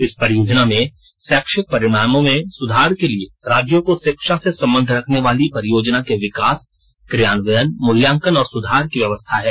इस परियोजना में शैक्षिक परिणामों में सुधार के लिए राज्यों को शिक्षा से संबंध रखने वाली परियोजना के विकास क्रियान्वयन मूल्यांकन और सुधार की व्यवस्था है